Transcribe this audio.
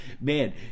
man